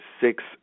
six